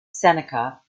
seneca